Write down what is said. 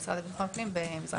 המשרד לביטחון פנים במזרח ירושלים.